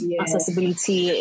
accessibility